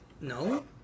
no